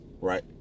Right